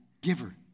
giver